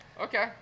Okay